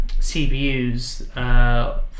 CPUs